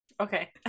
Okay